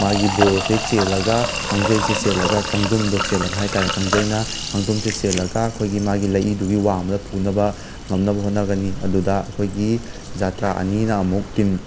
ꯃꯥꯒꯤ ꯕꯣꯜꯁꯦ ꯆꯦꯜꯂꯒ ꯀꯥꯡꯖꯩꯁꯦ ꯆꯦꯜꯂꯒ ꯀꯥꯡꯗ꯭ꯔꯨꯝꯗꯣ ꯆꯦꯜꯂꯒ ꯍꯥꯏ ꯇꯥꯔꯦ ꯀꯥꯡꯖꯩꯅ ꯀꯥꯡꯗ꯭ꯔꯨꯝꯁꯦ ꯆꯦꯜꯂꯒ ꯑꯩꯈꯣꯏꯒꯤ ꯃꯥꯒꯤ ꯂꯏꯗꯨꯒꯤ ꯋꯥꯡꯃꯗ ꯄꯨꯅꯕ ꯉꯝꯅꯕ ꯍꯣꯠꯅꯒꯅꯤ ꯑꯗꯨꯗ ꯑꯩꯈꯣꯏꯒꯤ ꯖꯇ꯭ꯔꯥ ꯑꯅꯤꯅ ꯑꯃꯨꯛ ꯇꯤꯟ